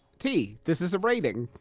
t, this is a rating!